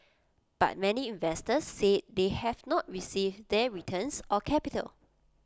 but many investors said they have not received their returns or capital